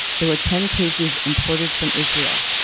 there were ten cases imported from israel.